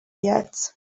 yet